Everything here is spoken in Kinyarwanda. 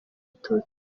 abatutsi